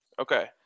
okay